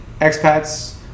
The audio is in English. expats